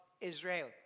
Israel